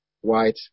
white